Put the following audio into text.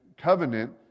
covenant